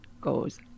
goes